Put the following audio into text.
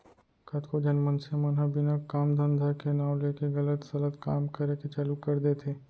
कतको झन मनसे मन ह बिना काम धंधा के नांव लेके गलत सलत काम करे के चालू कर देथे